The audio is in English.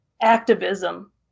activism